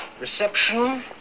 Reception